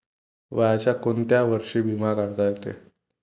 वयाच्या कोंत्या वर्षी बिमा काढता येते?